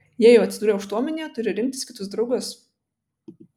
jei jau atsidūrei aukštuomenėje turi rinktis kitus draugus